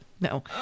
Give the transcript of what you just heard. No